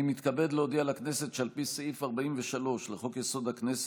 אני מתכבד להודיע לכנסת שעל פי סעיף 43 לחוק-יסוד: הכנסת,